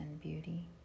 beauty